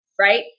right